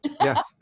Yes